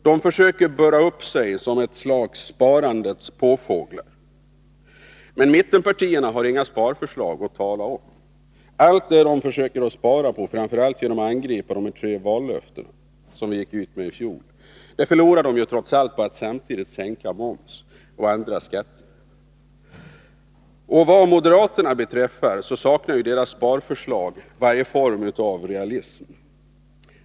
De försöker burra upp sig som ett slags sparandets påfåglar. Mittenpartierna har inga sparförslag att tala om. Allt det de försöker spara på, framför allt genom att angripa de tre vallöften som vi gick ut med i fjol, förlorar de på att samtidigt sänka momsen och andra skatter. Vad beträffar moderaterna saknar deras sparförslag varje form av realism.